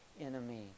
enemy